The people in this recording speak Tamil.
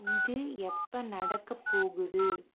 இது எப்போ நடக்கப் போகுது